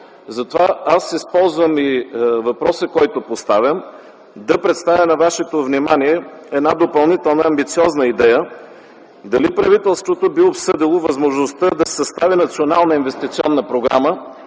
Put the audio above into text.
Затова аз използвам и въпроса, който поставям, да представя на Вашето внимание една допълнителна амбициозна идея – дали правителството би обсъдило възможността да се състави Национална инвестиционна програма,